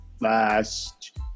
last